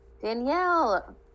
Danielle